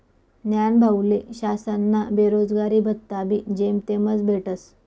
न्हानभाऊले शासनना बेरोजगारी भत्ताबी जेमतेमच भेटस